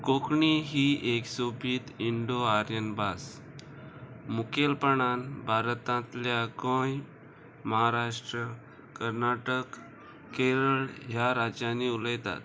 कोंकणी ही एक सोबीत इंडो आर्यन भास मुखेलपणान भारतांतल्या गोंय महाराष्ट्र कर्नाटक केरळ ह्या राज्यांनी उलयतात